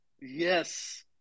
Yes